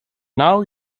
now